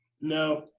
No